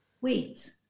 wait